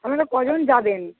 আপনারা কজন যাবেন